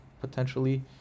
potentially